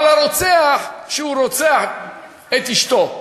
אבל הרוצח, כשהוא רוצח את אשתו,